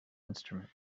instrument